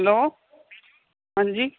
hello ਹਾਂਜੀ